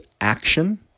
action